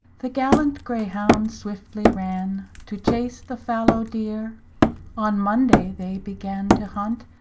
the gallant greyhounds swiftly ran, to chase the fallow deere on munday they began to hunt,